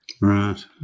Right